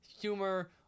humor